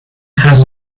has